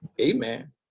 amen